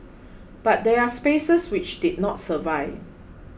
but there are spaces which did not survive